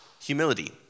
humility